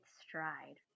stride